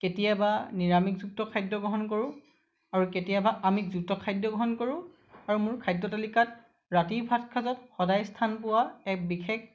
কেতিয়াবা নিৰামিষযুক্ত খাদ্য গ্ৰহণ কৰোঁ আৰু কেতিয়াবা আমিষযুক্ত খাদ্য গ্ৰহণ কৰোঁ আৰু মোৰ খাদ্য তালিকাত ৰাতিৰ ভাত সাঁজত সদায় স্থান পোৱা এক বিশেষ